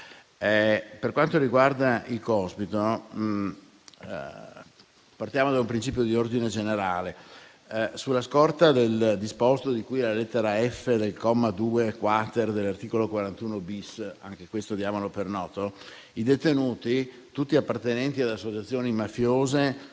Per quanto riguarda Cospito, partiamo da un principio di ordine generale. Sulla scorta del disposto di cui alla lettera *f)* del comma 2-*quater*, dell'articolo 41-*bis* - diamo anch'esso per noto - i detenuti, tutti appartenenti ad associazioni mafiose